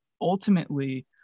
ultimately